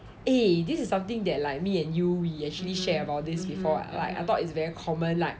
then I'm like eh this is something that like me and you we actually share about this before like I thought it's very common like